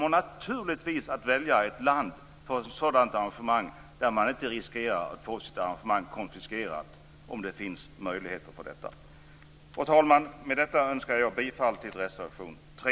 För ett sådant arrangemang kommer EUEFA naturligtvis att välja ett land där man inte riskerar att få sitt arrangemang konfiskerat, om det finns möjligheter för detta. Fru talman! Med detta yrkar jag bifall till reservation 3.